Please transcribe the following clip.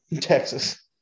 Texas